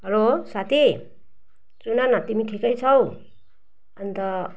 hello साथी सुनन तिमी ठिकै छौ अन्त